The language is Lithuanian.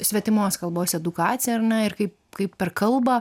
svetimos kalbos edukacija ir na ir kaip kaip per kalbą